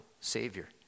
Savior